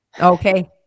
okay